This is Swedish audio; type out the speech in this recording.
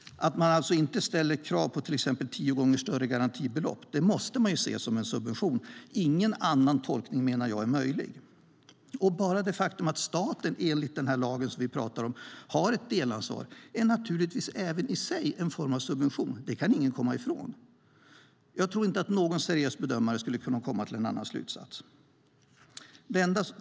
Att man inte ställer krav på till exempel tio gånger större garantibelopp måste man se som en subvention. Ingen annan tolkning är möjlig. Bara det faktum att staten enligt den lag vi pratar om har ett delansvar är naturligtvis även i sig en subvention. Det kan ingen komma ifrån. Jag tror inte att någon seriös bedömare skulle komma till en annan slutsats.